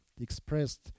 expressed